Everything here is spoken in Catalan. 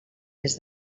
des